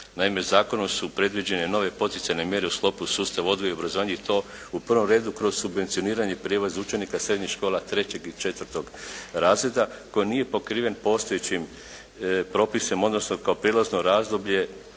Naime zakonom su predviđene nove poticajne mjere u sustavu odgoja i obrazovanja i to u prvom redu kroz subvencioniranje i prijevoz učenika srednjih škola 3. i 4. razreda koji nije pokriven postojećim propisom odnosno kao prijelazno razdoblje